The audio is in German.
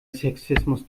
sexismus